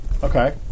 Okay